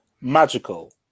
Magical